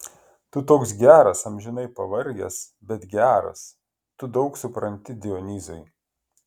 tu toks geras amžinai pavargęs bet geras tu daug supranti dionyzai